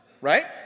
Right